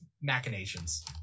machinations